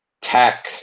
tech